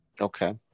Okay